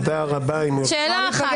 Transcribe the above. שאלה אחת.